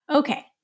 Okay